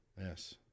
Yes